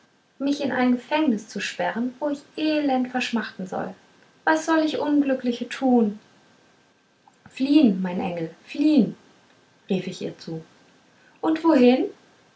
mich in ein gefängnis zu sperren wo ich elend verschmachten soll was soll ich unglückliche tun fliehen mein engel fliehen rief ich ihr zu und wohin